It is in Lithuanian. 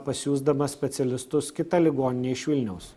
pasiųsdama specialistus kita ligoninė iš vilniaus